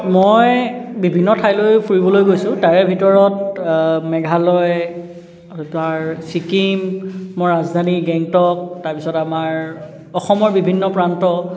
মই বিভিন্ন ঠাইলৈ ফুৰিবলৈ গৈছোঁ তাৰে ভিতৰত মেঘালয় তাৰ ছিকিমৰ ৰাজধানী গেংটক তাৰপিছত আমাৰ অসমৰ বিভিন্ন প্ৰান্ত